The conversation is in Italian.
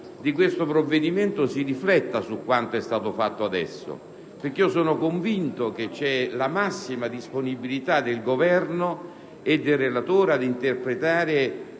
di questo provvedimento si rifletta su quanto è stato fatto adesso. Sono infatti convinto che c'è la massima disponibilità del Governo e del relatore ad interpretare